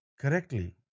correctly